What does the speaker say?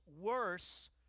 worse